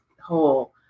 whole